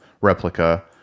replica